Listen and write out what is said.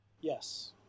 yes